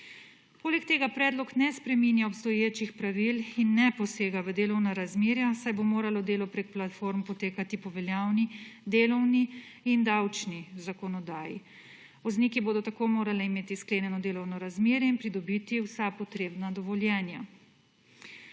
Poleg tega predlog ne spreminja obstoječih pravil in ne posega v delovna razmerja, saj bo moralo delo preko platform potekati po veljavni delovni in davčni zakonodaji. Vozniki bodo tako morali imeti sklenjeno delovno razmerje in pridobiti vsa potrebna dovoljenja.